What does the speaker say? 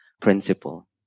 principle